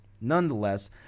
nonetheless